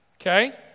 Okay